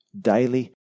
daily